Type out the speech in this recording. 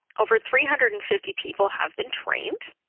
over three hundred and fifty people have been trained.